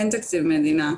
אין תקציב מדינה,